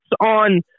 on